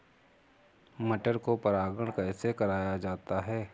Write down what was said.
मटर को परागण कैसे कराया जाता है?